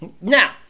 Now